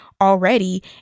already